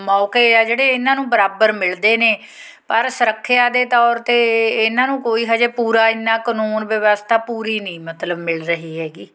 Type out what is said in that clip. ਮੌਕੇ ਆ ਜਿਹੜੇ ਇਹਨਾਂ ਨੂੰ ਬਰਾਬਰ ਮਿਲਦੇ ਨੇ ਪਰ ਸੁਰੱਖਿਆ ਦੇ ਤੌਰ 'ਤੇ ਇਹਨਾਂ ਨੂੰ ਕੋਈ ਹਜੇ ਪੂਰਾ ਇੰਨਾਂ ਕਾਨੂੰਨ ਵਿਵਸਥਾ ਪੂਰੀ ਨਹੀਂ ਮਤਲਬ ਮਿਲ ਰਹੀ ਹੈਗੀ